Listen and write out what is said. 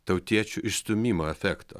tautiečių išstūmimo efekto